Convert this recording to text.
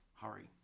Hurry